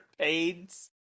pains